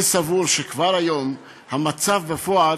אני סבור שכבר היום המצב בפועל,